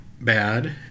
bad